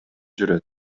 жүрөт